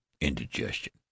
indigestion